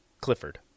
Clifford